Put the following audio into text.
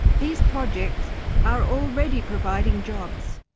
these projects are already providing jobs,